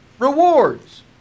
Rewards